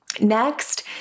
Next